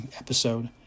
episode